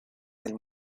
del